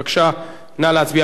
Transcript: בבקשה, נא להצביע.